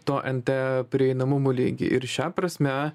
to nt prieinamumų lygį ir šia prasme